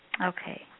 Okay